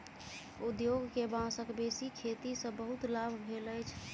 उद्योग के बांसक बेसी खेती सॅ बहुत लाभ भेल अछि